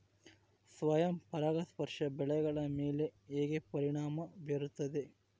ಸ್ವಯಂ ಪರಾಗಸ್ಪರ್ಶ ಬೆಳೆಗಳ ಮೇಲೆ ಹೇಗೆ ಪರಿಣಾಮ ಬೇರುತ್ತದೆ?